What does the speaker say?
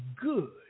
good